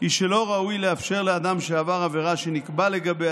היא שלא ראוי לאפשר לאדם שעבר עבירה שנקבע לגביה